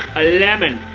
lemon.